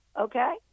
Okay